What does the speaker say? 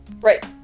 right